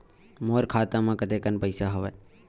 मोर खाता म कतेकन पईसा हवय?